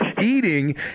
eating